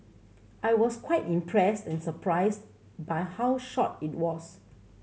I was quite impressed and surprised by how short it was